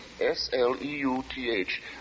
S-L-E-U-T-H